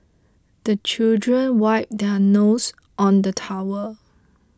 the children wipe their noses on the towel